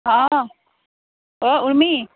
অঁ অঁ উৰ্মি